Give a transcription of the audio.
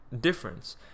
difference